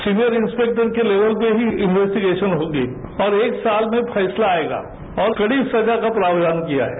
saviour inspector के level पर ही इन्वेस्टीगेशन होगी और एक साल में फैसला आयेगा और कड़ी सजा का प्रावधान किया है